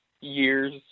years